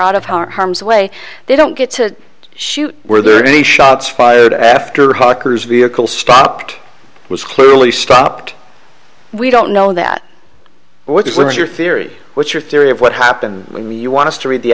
out of harm's way they don't get to shoot were there any shots fired after hawkers vehicle stopped was clearly stopped we don't know that what is when your theory what your theory of what happened when you want to read the